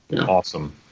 Awesome